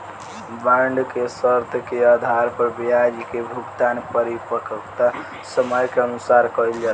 bond के शर्त के आधार पर ब्याज के भुगतान परिपक्वता समय के अनुसार कईल जाला